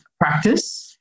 practice